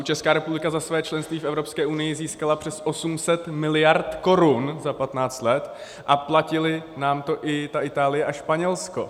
Česká republika za své členství v Evropské unii získala přes 800 mld. korun za patnáct let a platily nám to i ta Itálie a Španělsko.